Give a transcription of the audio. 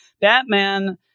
Batman